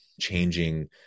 changing